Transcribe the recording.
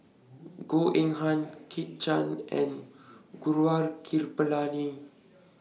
Goh Eng Han Kit Chan and Gaurav Kripalani